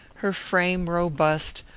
her frame robust,